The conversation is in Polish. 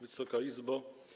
Wysoka Izbo!